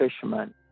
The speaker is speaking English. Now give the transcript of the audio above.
fishermen